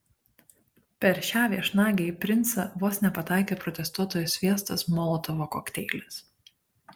per šią viešnagę į princą vos nepataikė protestuotojo sviestas molotovo kokteilis